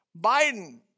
Biden